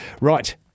Right